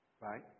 Right